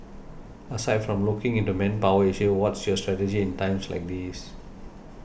aside from looking into manpower issue what's your strategy in times like these